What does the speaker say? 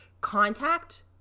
contact